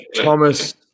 Thomas